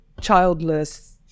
childless